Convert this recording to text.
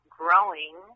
growing